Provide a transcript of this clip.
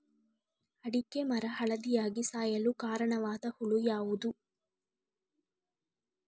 ಅಡಿಕೆ ಮರ ಹಳದಿಯಾಗಿ ಸಾಯಲು ಕಾರಣವಾದ ಹುಳು ಯಾವುದು?